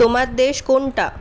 তোমার দেশ কোনটা